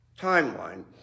timeline